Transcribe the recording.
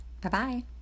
Bye-bye